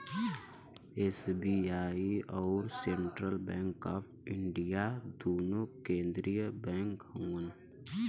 SBI अउर Central Bank of India दुन्नो केन्द्रिय बैंक हउअन